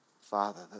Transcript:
Father